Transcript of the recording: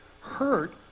Hurt